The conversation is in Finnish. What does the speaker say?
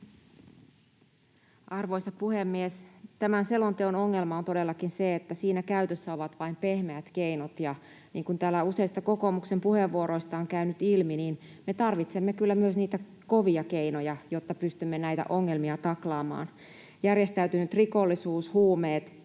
Arvoisa puhemies! Tämän selonteon ongelma on todellakin se, että siinä käytössä ovat vain pehmeät keinot, ja niin kuin täällä useista kokoomuksen puheenvuoroista on käynyt ilmi, me tarvitsemme kyllä myös niitä kovia keinoja, jotta pystymme näitä ongelmia taklaamaan. Järjestäytynyt rikollisuus, huumeet,